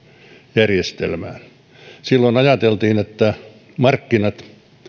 järjestelmään silloin ajateltiin että markkinat